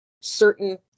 certain